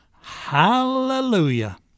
Hallelujah